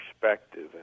perspective